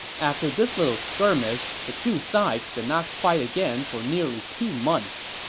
after this little skirmish, the two sides did not fight again for nearly two months.